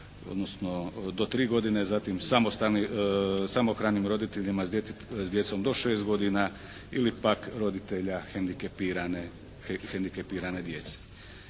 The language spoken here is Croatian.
odnosno do tri godine zatim samostalni, samohranim roditeljima s djecom do 6 godina ili pak roditelja hendikepirane djece.